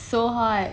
so hot